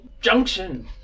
junction